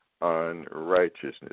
unrighteousness